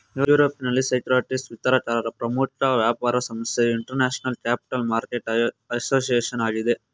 ಯುರೋಪ್ನಲ್ಲಿ ಸೆಕ್ಯೂರಿಟಿಸ್ ವಿತರಕರ ಪ್ರಮುಖ ವ್ಯಾಪಾರ ಸಂಸ್ಥೆಯು ಇಂಟರ್ನ್ಯಾಷನಲ್ ಕ್ಯಾಪಿಟಲ್ ಮಾರ್ಕೆಟ್ ಅಸೋಸಿಯೇಷನ್ ಆಗಿದೆ